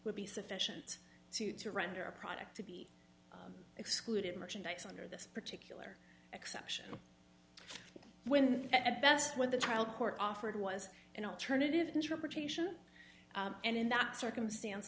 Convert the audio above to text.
would be sufficient to to render a product to be excluded merchandise under this particular exception when at best when the trial court offered was an alternative interpretation and in that circumstance